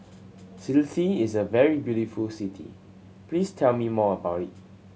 Tbilisi is a very beautiful city please tell me more about it